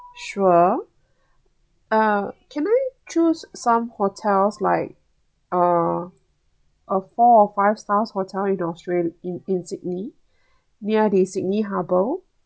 sure uh can I choose some hotels like uh a four or five stars hotel in austral~ in sydney near the sydney harbour